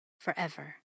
forever